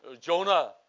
Jonah